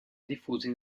diffusi